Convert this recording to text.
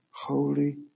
Holy